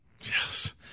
Yes